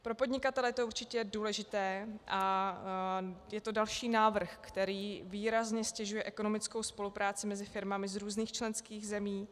Pro podnikatele to je určitě důležité a je to další návrh, který výrazně ztěžuje ekonomickou spolupráci mezi firmami z různých členských zemí.